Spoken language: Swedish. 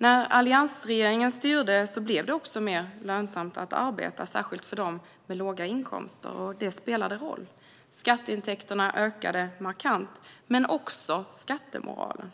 När alliansregeringen styrde blev det också mer lönsamt att arbeta, särskilt för dem med låga inkomster. Detta spelade roll. Skatteintäkterna ökade markant, men också skattemoralen.